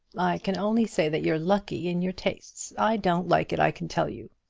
i can only say that you're lucky in your tastes. i don't like it, i can tell you.